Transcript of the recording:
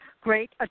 great